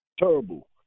terrible